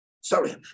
Sorry